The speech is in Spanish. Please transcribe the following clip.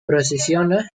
procesiona